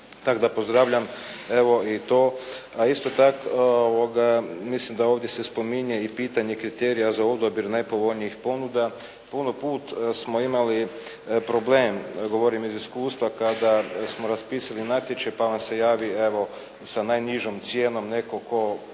Tako da pozdravljam i to. A isto tako, mislim da ovdje se spominje pitanje kriterija za odabir najpovoljnijih ponuda. Puno puta smo imali problem, govorim iz iskustva, kada smo raspisali natječaj pa vam se javi evo sa najnižom cijenom netko tko ne